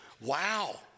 wow